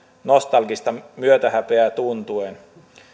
nostalgista myötähäpeää tuntien